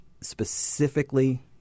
Specifically